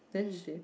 then she